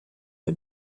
but